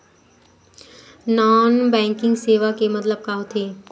Non banking सेवा के मतलब का होथे?